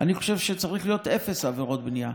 אני חושב שצריך להיות אפס עבירות בנייה,